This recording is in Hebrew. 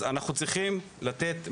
אנחנו צריכים לתת מענה,